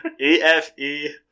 E-F-E